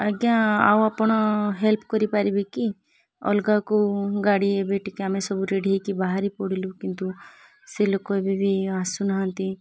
ଆଜ୍ଞା ଆଉ ଆପଣ ହେଲ୍ପ କରିପାରିବେ କି ଅଲଗା କେଉଁ ଗାଡ଼ି ଏବେ ଟିକେ ଆମେ ସବୁ ରେଡ଼ି ହେଇକି ବାହାରି ପଡ଼ିଲୁ କିନ୍ତୁ ସେ ଲୋକ ଏବେ ବି ଆସୁ ନାହାନ୍ତି